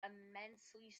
immensely